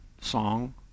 song